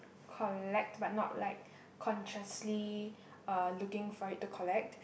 collect but not like consciously uh looking for it to collect